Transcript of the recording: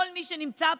כל מי שנמצא פה.